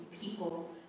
people